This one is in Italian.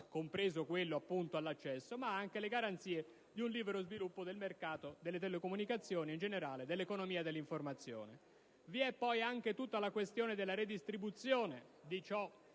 compreso, appunto, quello all'accesso - ma anche le garanzie di un libero sviluppo del mercato delle telecomunicazioni e, in generale, dell'economia dell'informazione. Vi è poi tutta la questione della redistribuzione di ciò